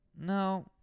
No